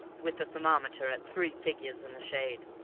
with the thermometer at three figures in the shade.